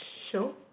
show